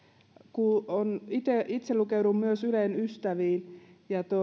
itse itse lukeudun myös ylen ystäviin